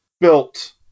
built